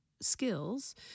skills